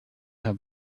have